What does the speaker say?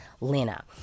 Lena